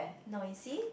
no you see